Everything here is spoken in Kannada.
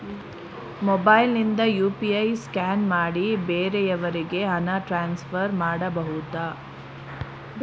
ಮೊಬೈಲ್ ನಿಂದ ಯು.ಪಿ.ಐ ಸ್ಕ್ಯಾನ್ ಮಾಡಿ ಬೇರೆಯವರಿಗೆ ಹಣ ಟ್ರಾನ್ಸ್ಫರ್ ಮಾಡಬಹುದ?